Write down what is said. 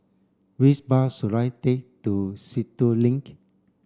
which bus should I take to Sentul Link